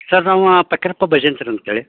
sir ನಾವು ಪಕೀರಪ್ಪಾ ಬಜಂತ್ರಿ ಅಂತೇಳಿ